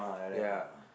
ya